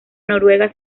noruega